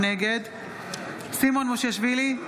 נגד סימון מושיאשוילי,